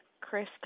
Chris